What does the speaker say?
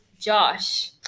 Josh